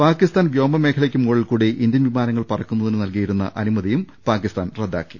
പാകിസ്താൻ വ്യോമമേഖലയ്ക്ക് മുകളിൽകൂടി ഇന്ത്യൻ വിമാനങ്ങൾ പറക്കുന്നതിന് നൽകിയിരുന്ന അനുമതിയും അവർ റദ്ദാക്കി